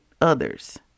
others